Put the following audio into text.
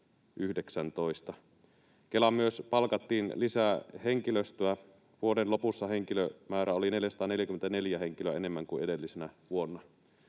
Kelaan myös palkattiin lisää henkilöstöä. Vuoden lopussa henkilömäärä oli 440 henkilöä enemmän kuin edellisenä vuonna.